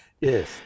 yes